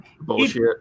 bullshit